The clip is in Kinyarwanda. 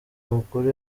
mukuru